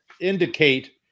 indicate